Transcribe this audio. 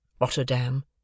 Rotterdam